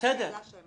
למה ששאלתי